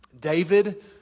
David